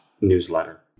newsletter